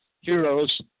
heroes